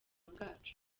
bwacu